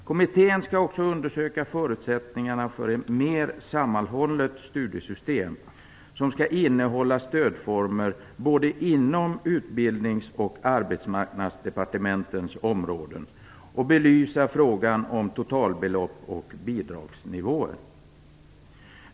Kommittén skall också undersöka förutsättningarna för ett mer sammanhållet studiesystem, som skall innehålla stödformer både inom utbildnings och arbetsmarknadsdepartementens områden och belysa frågan om totalbelopp och bidragsnivåer.